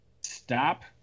stop